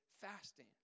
fasting